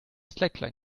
slackline